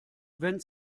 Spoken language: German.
wenn